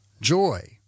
joy